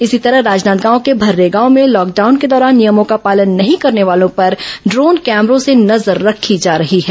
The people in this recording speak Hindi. इसी तरह राजनादगांव के भरेगांव में लॉकडाउन के दौरान नियमों का पालन नहीं करने वालों पर ड्रोन कैमरों से नजर रखी जा रही है